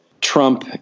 Trump